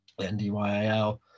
NDYAL